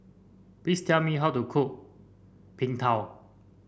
please tell me how to cook Png Tao